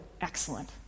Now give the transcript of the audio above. Excellent